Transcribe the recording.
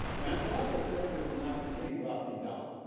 and i'm glad the senator from rapid city brought these out